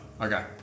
Okay